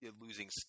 losing